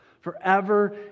forever